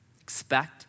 Expect